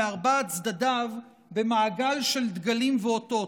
מארבעת צדדיו במעגל של דגלים ואותות,